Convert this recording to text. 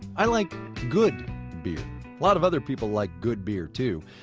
i like good beer. a lot of other people like good beer, too.